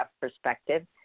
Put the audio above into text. perspective